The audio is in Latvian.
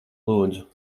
lūdzu